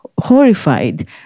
horrified